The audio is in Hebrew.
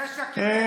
שיתייחס לקריאה.